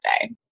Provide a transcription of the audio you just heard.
day